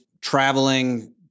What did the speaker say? traveling